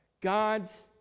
God's